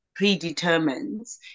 predetermines